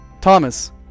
Thomas